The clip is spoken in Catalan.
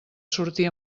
sortir